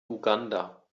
uganda